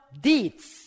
deeds